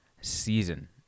season